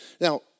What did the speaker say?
Now